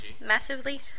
Massively